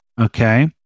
Okay